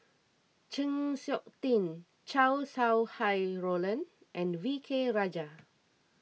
Chng Seok Tin Chow Sau Hai Roland and V K Rajah